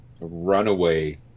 Runaway